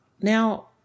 now